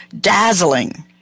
dazzling